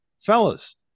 Fellas